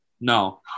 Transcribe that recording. No